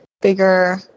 bigger